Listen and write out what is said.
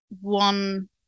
one